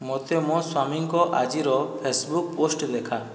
ମୋତେ ମୋ ସ୍ୱାମୀଙ୍କ ଆଜିର ଫେସବୁକ୍ ପୋଷ୍ଟ୍ ଦେଖା